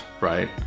right